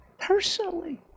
personally